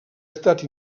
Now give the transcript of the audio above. estat